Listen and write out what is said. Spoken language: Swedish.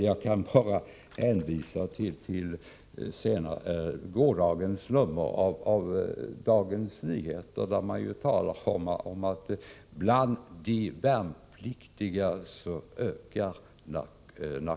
Jag behöver bara hänvisa till gårdagens nummer av Dagens Nyheter, där man skriver om att narkotikamissbruket bland de värnpliktiga ökar.